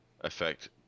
effect